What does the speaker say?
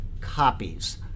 copies